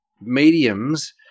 mediums